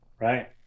right